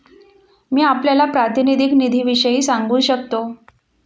मी आपल्याला प्रातिनिधिक निधीविषयी सांगू शकतो